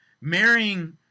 marrying